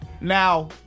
Now